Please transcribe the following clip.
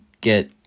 get